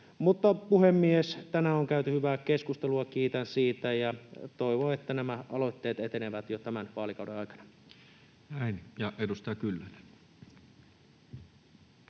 Mutta, puhemies, tänään on käyty hyvää keskustelua. Kiitän siitä, ja toivon, että nämä aloitteet etenevät jo tämän vaalikauden aikana. [Speech 96] Speaker: